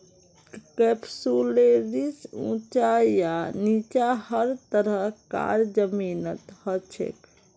कैप्सुलैरिस ऊंचा या नीचा हर तरह कार जमीनत हछेक